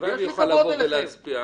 הלוואי ויוכל לבוא ולהצביע.